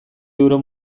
euro